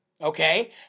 okay